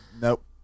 Nope